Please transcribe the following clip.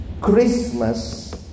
christmas